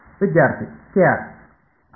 ವಿದ್ಯಾರ್ಥಿ ಕೆ ಅರ್